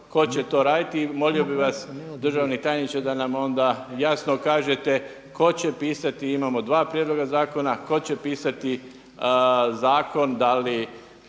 tko će to raditi? I molio bih vas državni tajniče da nam onda jasno kažete tko će pisati imamo dva prijedloga zakona, tko će pisati zakon, da li